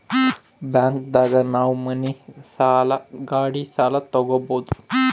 bank ದಾಗ ನಾವ್ ಮನಿ ಸಾಲ ಗಾಡಿ ಸಾಲ ತಗೊಬೋದು